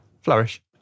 flourish